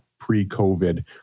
pre-COVID